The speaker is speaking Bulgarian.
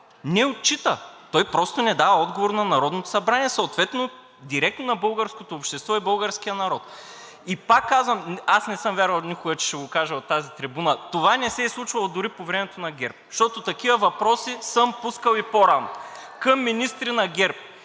не отчита, той просто не дава отговор на Народното събрание, съответно директно на българското общество и българския народ. И пак казвам, не съм вярвал никога, че ще го кажа от тази трибуна – това не се е случвало дори по времето на ГЕРБ, защото такива въпроси съм пускал и по-рано към министри на ГЕРБ.